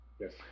Yes